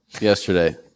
yesterday